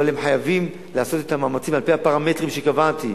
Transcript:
אבל הם חייבים לעשות את המאמצים על-פי הפרמטרים שקבעתי: